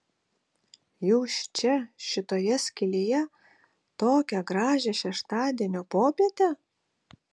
jūs čia šitoje skylėje tokią gražią šeštadienio popietę